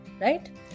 Right